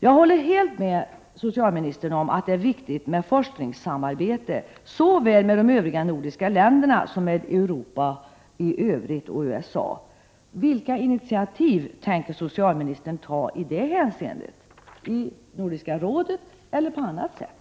Jag håller med socialministern om att det är viktigt med forskningssamarbete såväl med de övriga nordiska länderna som med Europa i övrigt och USA. Vilka initiativ tänker socialministern ta i det hänseendet i Nordiska rådet eller på annat sätt?